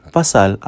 Pasal